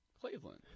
Cleveland